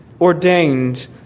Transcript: ordained